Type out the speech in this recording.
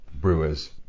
brewers